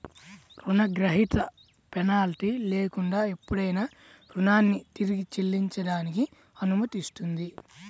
రుణగ్రహీత పెనాల్టీ లేకుండా ఎప్పుడైనా రుణాన్ని తిరిగి చెల్లించడానికి అనుమతిస్తుంది